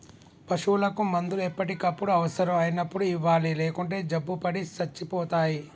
పశువులకు మందులు ఎప్పటికప్పుడు అవసరం అయినప్పుడు ఇవ్వాలి లేకుంటే జబ్బుపడి సచ్చిపోతాయి